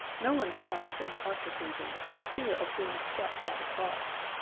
no one cries in the arctic regions for fear of being struck by the frost.